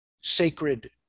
sacred